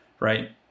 right